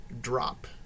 drop